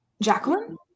Jacqueline